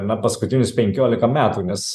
na paskutinius penkiolika metų nes